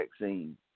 vaccine